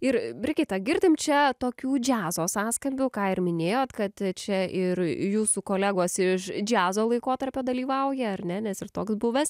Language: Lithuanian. ir brigita girdim čia tokių džiazo sąskambių ką ir minėjot kad čia ir jūsų kolegos iš džiazo laikotarpio dalyvauja ar ne nes ir toks buvęs